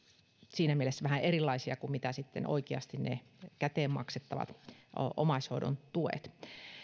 siinä mielessä vähän erilaisia kuin mitä sitten oikeasti ne käteen maksettavat omaishoidon tuet